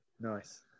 nice